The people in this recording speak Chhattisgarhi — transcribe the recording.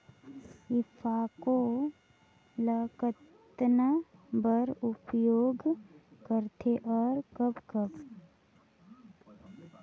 ईफको ल कतना बर उपयोग करथे और कब कब?